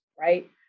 right